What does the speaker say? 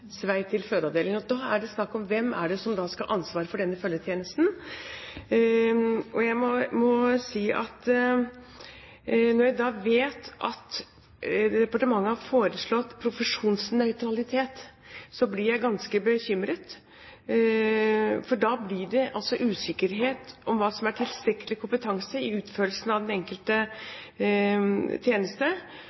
og en halv times vei til fødeavdelingen. Da er det snakk om hvem som skal ha ansvaret for følgetjenesten. Jeg må si at når jeg vet at departementet har foreslått profesjonsnøytralitet, blir jeg ganske bekymret. Da blir det usikkerhet om hva som er tilstrekkelig kompetanse i utførelsen av den enkelte tjeneste,